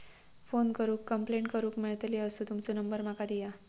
Phone करून complaint करूक मेलतली असो तुमचो नंबर माका दिया?